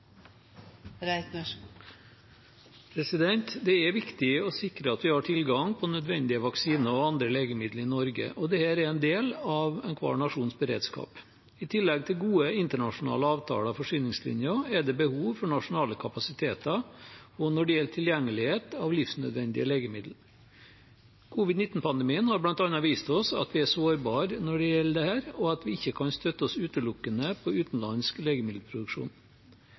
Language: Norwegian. Det er viktig å sikre at vi har tilgang på nødvendige vaksiner og andre legemiddel i Norge. Dette er en del av enhver nasjons beredskap. I tillegg til gode internasjonale avtaler og forsyningslinjer er det behov for nasjonale kapasiteter, også når det gjelder tilgjengelighet av livsnødvendige legemiddel. Covid-19-pandemien har bl.a. vist oss at vi er sårbare når det gjelder dette, og at vi ikke kan støtte oss utelukkende på utenlandsk legemiddelproduksjon.